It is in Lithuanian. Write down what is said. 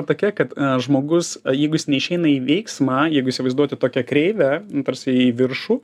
tokia kad žmogus jeigu jis neišeina į veiksmą jeigu įsivaizduoti tokią kreivę tarsi į viršų